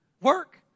work